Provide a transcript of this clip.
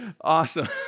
Awesome